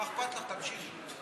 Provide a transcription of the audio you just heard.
מה אכפת לך, תמשיכי.